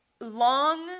long